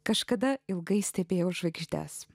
kažkada ilgai stebėjau žvaigždes